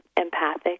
empathic